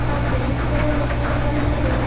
ହଁ ତିରିଶ ଜଣ ଲୋକଙ୍କ ପାଇଁ ଆଉ